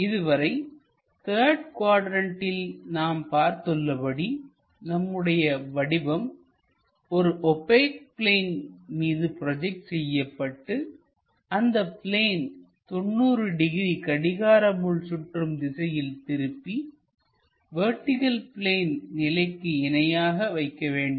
இதுவரை த்தர்டு குவாட்ரண்ட்டில் நாம் பார்த்து உள்ளபடிநம்முடைய வடிவம் ஒரு ஓபெக் பிளேன் மீது ப்ரோஜெக்ட் செய்யப்பட்டுஅந்த பிளேனை 90 டிகிரி கடிகார முள் சுற்றும் திசையில் திருப்பி வெர்டிகள் பிளேன் நிலைக்கு இணையாக வைக்க வேண்டும்